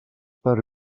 per